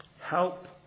help